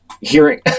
hearing